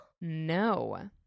No